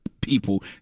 people